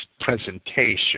presentation